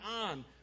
on